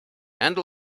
and